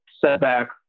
setback